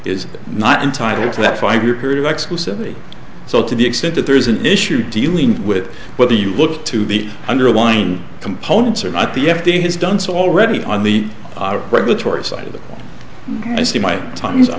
is not entitled to that five year period of exclusivity so to the extent that there is an issue dealing with whether you look to the underlying components or not the f d a has done so already on the regulatory side i see my time i